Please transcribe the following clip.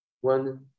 one